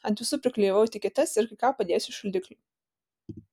ant visų priklijavau etiketes ir kai ką padėsiu į šaldiklį